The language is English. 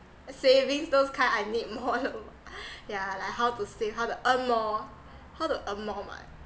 savings those kind I need more yeah like how to save how to earn more how to earn more my